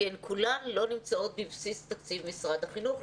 כי הן כולן לא נמצאות בבסיס תקציב משרד החינוך,